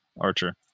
archer